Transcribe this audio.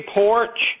porch